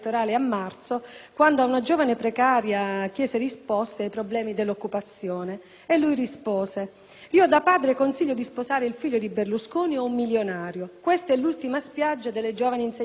quando una giovane precaria chiese risposte ai problemi dell'occupazione, lui rispose: «Io, da padre, le consiglio di cercare di sposare il figlio di Berlusconi o un milionario». Questa è l'ultima spiaggia delle giovani insegnanti precarie?